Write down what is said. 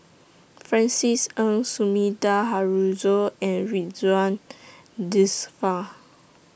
Francis Ng Sumida Haruzo and Ridzwan Dzafir